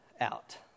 out